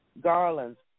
garlands